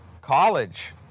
College